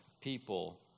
people